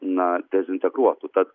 na dezintegruotų tad